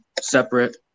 separate